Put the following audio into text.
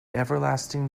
everlasting